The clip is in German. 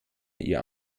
ihr